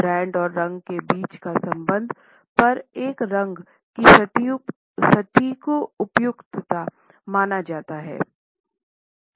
brand और रंग के बीच का संबंध पर एक रंग की सटीक उपयुक्तता माना जाता है